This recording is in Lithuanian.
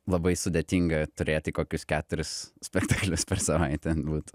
labai sudėtinga turėti kokius keturis spektaklius per savaitę būtų